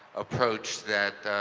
approach that